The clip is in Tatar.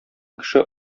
кеше